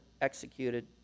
executed